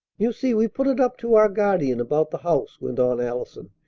you see, we put it up to our guardian about the house, went on allison,